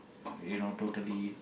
you know totally